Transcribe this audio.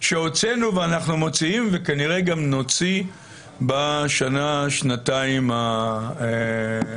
שהוצאנו ואנחנו מוציאים וכנראה גם נוציא בשנה-שנתיים הבאות.